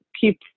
keep